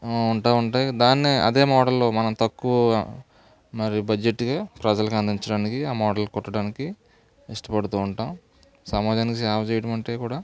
ఉంటా ఉంటాయి దాన్నే అదే మోడల్లో మనం తక్కువ మరి బడ్జెట్గా ప్రజలకి అందించడానికి ఆ మోడల్ కుట్టడానికి ఇష్టపడుతూ ఉంటాం సమాజానికి సేవ చేయటమంటే కూడా